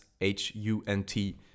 H-U-N-T